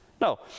No